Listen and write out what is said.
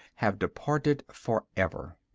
have departed forever.